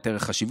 את ערך השוויון,